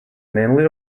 mainly